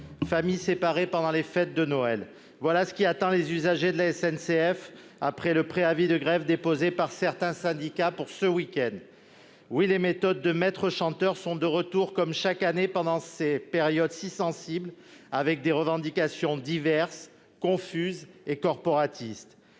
familles séparées pendant les fêtes de Noël : voilà ce qui attend les usagers de la SNCF après le préavis de grève déposé par certains syndicats pour ce week-end. Les méthodes de maître chanteur sont de retour, comme chaque année pendant cette période si sensible, avec des revendications diverses, confuses et corporatistes.